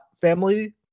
family